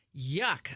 yuck